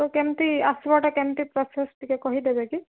ତ କେମତି ଆସିବାଟା କେମତି ପ୍ରୋସେସ୍ ଟିକିଏ କହିଦେବେ କି